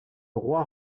roi